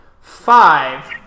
five